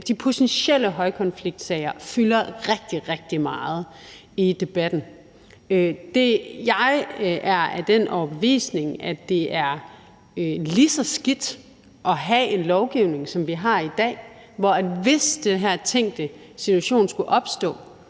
og alle mulige andre – fylder rigtig, rigtig meget i debatten. Jeg er af den overbevisning, at det er lige så skidt at have en lovgivning, som vi har i dag, hvor et barn, hvis den her tænkte situation skulle opstå,